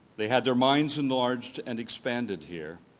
they had their minds enlarged and expanded here.